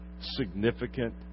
significant